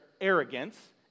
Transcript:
arrogance